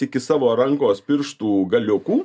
iki savo rankos pirštų galiukų